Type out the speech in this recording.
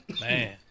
Man